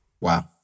Wow